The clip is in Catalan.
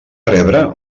rebre